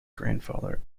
grandfather